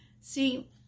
See